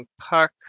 Puck